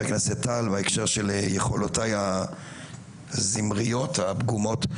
הכנסת טל בהקשר של יכולותיי הזמריות הפגומות,